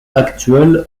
actuel